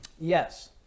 Yes